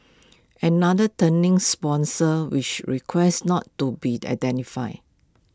another turning sponsor which requested not to be identified